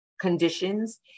conditions